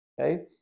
Okay